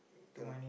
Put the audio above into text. cannot